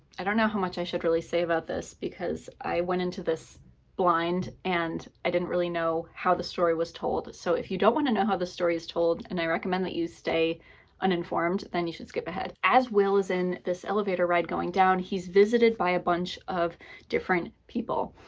i don't know how much i should really say about this because i went into this blind and i didn't really know how the story was told. so if you don't want to know how the story is told, and i recommend that you stay uninformed, then you should skip ahead. as will is in this elevator ride going down, he's visited by a bunch of different people,